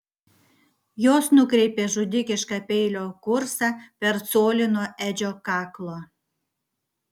jos nukreipė žudikišką peilio kursą per colį nuo edžio kaklo